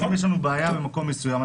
אם יש לנו בעיה במקום מסוים,